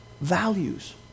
values